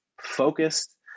focused